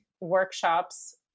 workshops